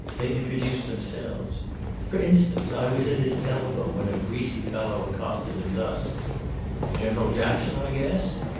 they introduced themselves for instance, i was at his elbow when a greasy fellow accosted him thus general jackson, i guess?